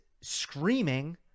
screaming